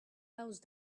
house